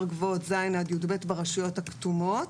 גבוהות ז' עד י"ב ברשויות הכתומות,